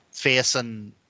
facing